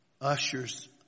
ushers